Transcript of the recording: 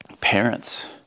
parents